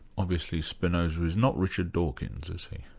obviously spinoza is not richard dawkins, is he?